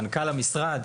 מנכ"ל המשרד.